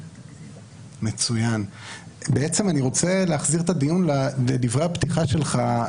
להחזיר את הדיון לדברי הפתיחה שלך,